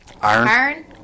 Iron